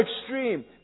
extreme